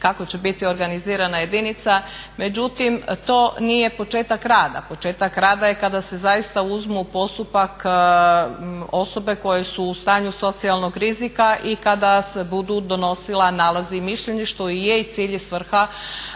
kako će biti organizirana jedinica. Međutim, to nije početak rada, početak rada je kada se zaista uzmu u postupak osobe koje su u stanju socijalnog rizika i kada se budu donosili nalazi i mišljenja što i je cilj i svrha